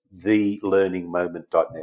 Thelearningmoment.net